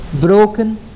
broken